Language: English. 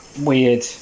weird